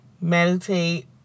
meditate